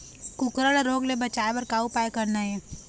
कुकरी ला रोग ले बचाए बर का उपाय करना ये?